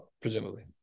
Presumably